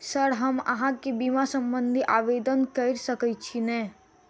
Sir हम अहाँ केँ बीमा संबधी आवेदन कैर सकै छी नै?